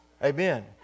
Amen